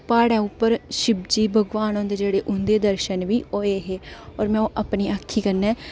प्हाड़े पर शिवजी भगवान होंदे जेह्ड़े मिगी उं'दे दर्शन बी होए हे होर में ओह् अपनी अक्खीं कन्नै